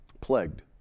Plagued